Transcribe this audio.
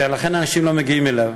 ולכן אנשים לא מגיעים אליו.